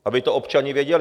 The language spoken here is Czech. Aby to občané věděli.